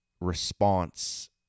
response